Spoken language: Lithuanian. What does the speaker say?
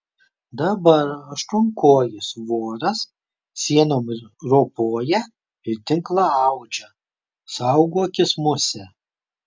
dabar aštuonkojis voras sienom ropoja ir tinklą audžia saugokis muse